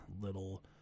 little